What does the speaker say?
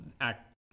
act